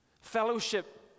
Fellowship